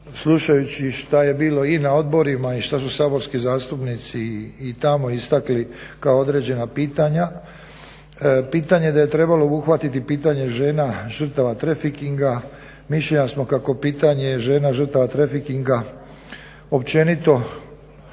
slušajući šta je bilo i na odborima i šta su saborski zastupnici i tamo istakli kao određena pitanja, pitanje da je trebalo obuhvatiti pitanje žena žrtava trefikinga mišljenja samo kako pitanje žrtava žena trefikinga općenito